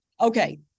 Okay